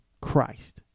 christ